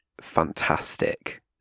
fantastic